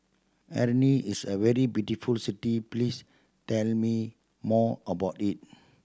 is a very beautiful city please tell me more about it